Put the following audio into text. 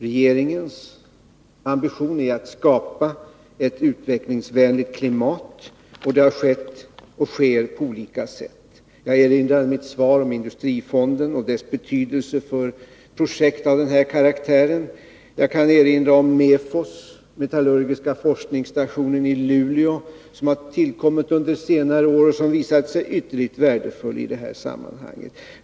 Regeringens ambition är att skapa ett utvecklingsvänligt klimat, och det har skett och sker på olika sätt. Jag erinrar i mitt svar om industrifonden och dess betydelse för projekt av den här karaktären. Jag kan också erinra om MEFOS, metallurgiska forskningsstationen i Luleå, som har tillkommit under senare år och som har visat sig ytterligt värdefull i det här sammanhanget.